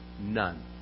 None